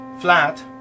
flat